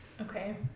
okay